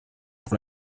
pour